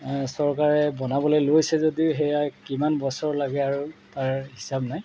চৰকাৰে বনাবলৈ লৈছে যদিও সেয়া কিমান বছৰ লাগে আৰু তাৰ হিচাপ নাই